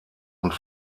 und